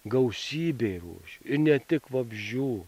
gausybė rūšių ne tik vabzdžių